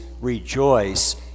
rejoice